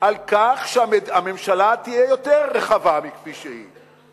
שנים על כך שהממשלה תהיה יותר רחבה מכפי שהיא,